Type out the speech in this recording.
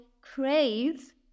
crave